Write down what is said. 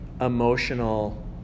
emotional